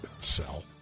Sell